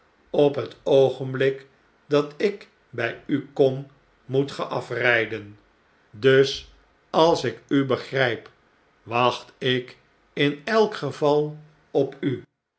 op het oogenblik dat ik bij u kom moet ge afrgden dus als ik u begrflp wacht ikinelkgeval op u